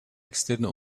externe